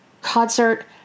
concert